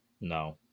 No